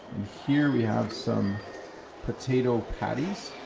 here we have some potato patties,